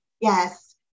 Yes